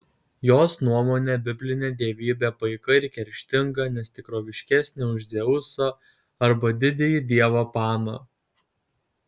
jos nuomone biblinė dievybė paika ir kerštinga ne tikroviškesnė už dzeusą arba didįjį dievą paną